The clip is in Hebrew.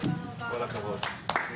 כל הכבוד.